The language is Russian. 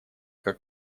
как